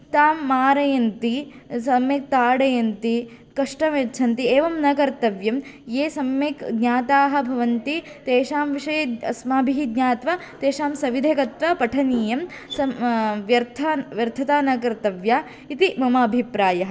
तां मारयन्ति सम्यक् ताडयन्ति कष्टं यच्छन्ति एवं न कर्तव्यं ये सम्यक् ज्ञाताः भवन्ति तेषां विषये अस्माभिः ज्ञात्वा तेषां सविधे गत्वा पठनीयं सम व्यर्था व्यर्थता न कर्तव्या इति मम अभिप्रायः